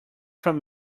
from